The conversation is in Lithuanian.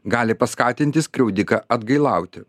gali paskatinti skriaudiką atgailauti